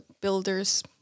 builders